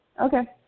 Okay